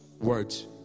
words